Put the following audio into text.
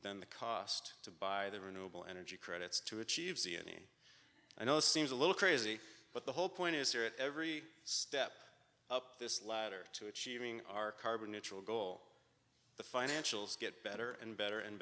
than the cost to buy the renewable energy credits to achieve the any and all seems a little crazy but the whole point is here at every step up this ladder to achieving our carbon neutral goal the financials get better and better and